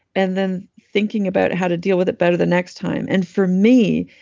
and then thinking about how to deal with it better the next time. and for me,